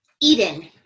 Eden